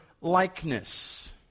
likeness